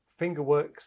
Fingerworks